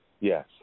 Yes